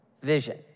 vision